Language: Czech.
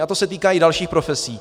A to se týká i dalších profesí.